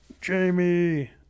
jamie